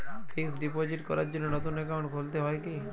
Fix deposit করার জন্য নতুন অ্যাকাউন্ট খুলতে হয় কী?